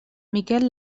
miquel